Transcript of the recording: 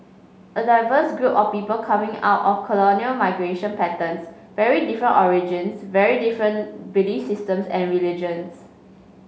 a diverse group of people coming out of colonial migration patterns very different origins very different belief systems and religions